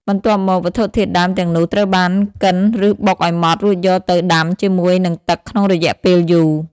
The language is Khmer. បន្ទាប់មក វត្ថុធាតុដើមទាំងនោះត្រូវបានកិនឬបុកឱ្យម៉ត់រួចយកទៅដាំជាមួយនឹងទឹកក្នុងរយៈពេលយូរ។